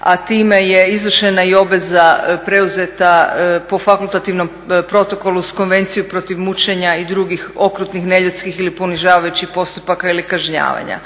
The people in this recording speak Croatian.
A time je izvršena i obveza preuzeta po fakultativnom protokolu uz Konvenciju protiv mučenja i drugih okrutnih, neljudskih ili ponižavajućih postupaka ili kažnjavanja.